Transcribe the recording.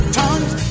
tongues